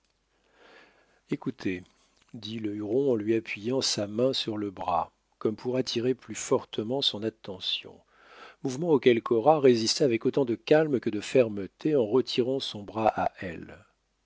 écoutez dit le huron en lui appuyant sa main sur le bras comme pour attirer plus fortement son attention mouvement ou quelque ora résista avec autant de calme que de fermeté en retirant son bras à elle